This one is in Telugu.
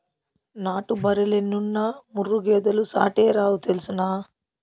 నాటు బర్రెలెన్నున్నా ముర్రా గేదెలు సాటేరావు తెల్సునా